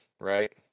right